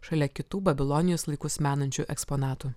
šalia kitų babilonijos laikus menančių eksponatų